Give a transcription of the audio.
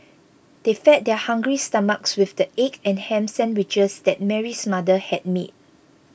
they fed their hungry stomachs with the egg and ham sandwiches that Mary's mother had made